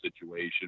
situation